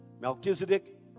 Melchizedek